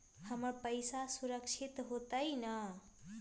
हमर पईसा सुरक्षित होतई न?